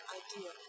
idea